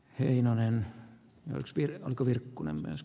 heinonen nosti onko virkkunen myös